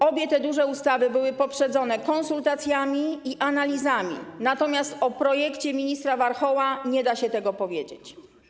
Obie te duże ustawy były poprzedzone konsultacjami i analizami, natomiast o projekcie ministra Warchoła nie da się tego powiedzieć.